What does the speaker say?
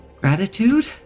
Gratitude